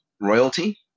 royalty